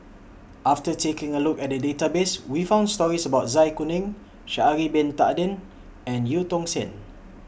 after taking A Look At The Database We found stories about Zai Kuning Sha'Ari Bin Tadin and EU Tong Sen